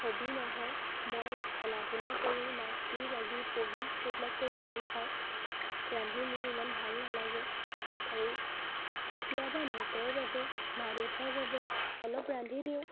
hobby নহয় মই খেলা ধূলা কৰি নাচি বাগি পঢ়ি সেইবিলাক কৰি ভাল পাওঁ ৰান্ধি মোৰ ইমান ভাল নালাগে আৰু কেতিয়াবা নিজৰ বাবে মা দেউতাৰ বাবে অলপ ৰান্ধি দিওঁ